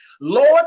Lord